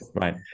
right